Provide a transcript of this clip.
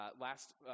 last